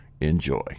Enjoy